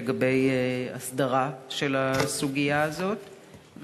לגבי הסדרה של הסוגיה הזאת,